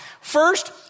First